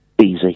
easy